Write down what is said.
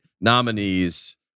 nominees